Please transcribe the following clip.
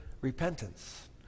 Repentance